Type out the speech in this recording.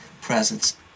presence